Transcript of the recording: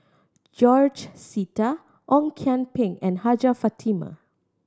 George Sita Ong Kian Peng and Hajjah Fatimah